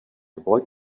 boy